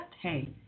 hey